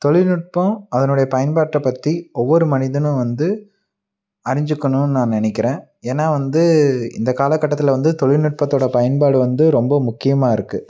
தொழில்நுட்பம் அதனுடைய பயன்பாட்டை பற்றி ஒவ்வொரு மனிதனும் வந்து அறிஞ்சிக்கணுன்னு நான் நினைக்கிறேன் ஏன்னா வந்து இந்த காலகட்டத்தில் வந்து தொழில்நுட்பத்தோட பயன்பாடு வந்து ரொம்ப முக்கியமாக இருக்கு